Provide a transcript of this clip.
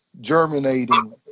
germinating